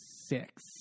six